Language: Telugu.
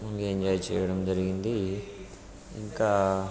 ఎంజాయ్ చేయడం జరిగింది ఇంకా